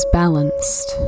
balanced